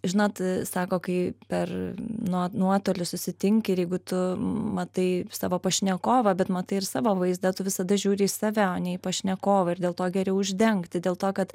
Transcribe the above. žinot sako kai per nuo nuotolį susitinki ir jeigu tu matai savo pašnekovą bet matai ir savo vaizdą tu visada žiūri į save o ne į pašnekovą ir dėl to geriau uždengti dėl to kad